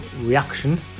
reaction